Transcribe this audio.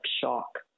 shock